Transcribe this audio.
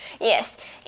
Yes